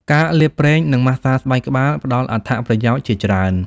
ការលាបប្រេង និងម៉ាស្សាស្បែកក្បាល ផ្តល់អត្ថប្រយោជន៍ជាច្រើន។